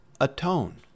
atone